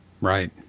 Right